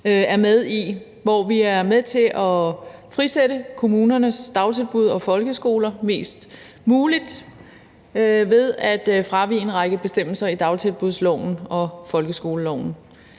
er med i, og hvor vi er med til at frisætte kommunernes dagtilbud og folkeskoler mest muligt ved at fravige en række bestemmelser i dagtilbudsloven og folkeskoleloven.